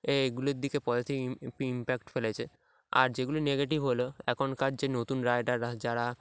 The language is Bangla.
এ এগুলোর দিকে পজিটিভ ই ইমপ্যাক্ট ফেলেছে আর যেগুলি নেগেটিভ হলো এখনকার যে নতুন রাইডাররা যারা